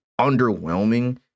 underwhelming